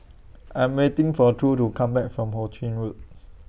I Am waiting For True to Come Back from Ho Ching Road